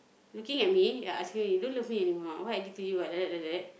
looking at me ya asking me don't love me anymore ah what I did to you like that like that